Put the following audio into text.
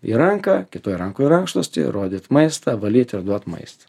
į ranką kitoj rankoj rankšluostį rodyt maistą valyt ir duot maistą